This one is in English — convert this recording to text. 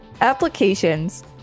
applications